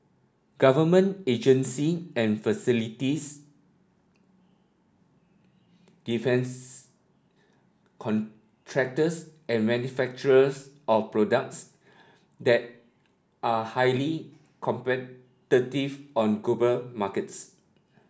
government agency and facilities defence contractors and manufacturers of products that are highly competitive on global markets